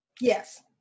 Yes